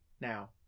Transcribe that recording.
now